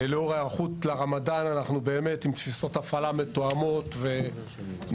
לאור ההיערכות לרמדאן אנחנו באמת עם תפיסות הפעלה מתואמות ונמצאים